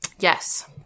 Yes